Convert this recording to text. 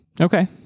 Okay